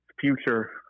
future